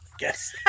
yes